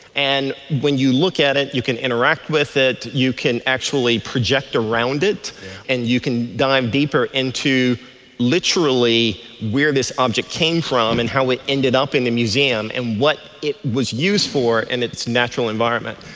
and when you look at it you can interact with it, you can actually project around it and you can dive deeper into literally where this object came from and how it ended up in the museum and what it was used for in its natural environment.